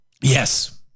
Yes